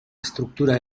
estructura